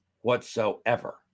whatsoever